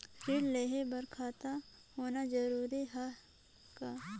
ऋण लेहे बर खाता होना जरूरी ह का?